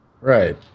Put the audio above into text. Right